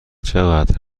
چقدر